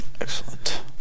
Excellent